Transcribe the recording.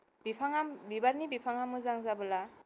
बिफांआ बिबारनि बिफांआ मोजां जाबोला